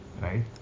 right